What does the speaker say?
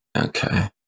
Okay